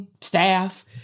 staff